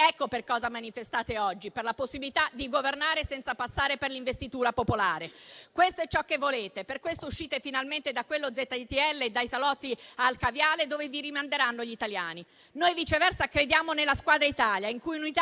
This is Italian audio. Ecco per cosa manifestate oggi: per la possibilità di governare senza passare per l'investitura popolare. Questo è ciò che volete. Per questo uscite finalmente da quella ZTL e dai salotti al caviale, dove gli italiani vi rimanderanno. Noi, viceversa, crediamo nella squadra italiana,